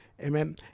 amen